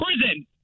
prison